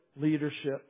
leadership